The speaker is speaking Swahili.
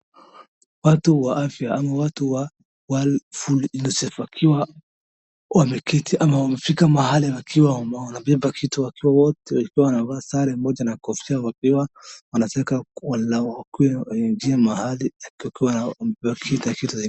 Watu wa afya ama watu wa World Food UNICEF wakiwa wameketi ama wamefika mahali wakiwa wanabeba kitu wakiwa wote wakiwa wanavaa sare moja na kofia wakiwa wanataka kuigia mahali wakiwa na wamebeba kitu.